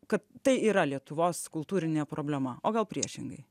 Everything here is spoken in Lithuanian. kad tai yra lietuvos kultūrinė problema o gal priešingai